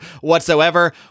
whatsoever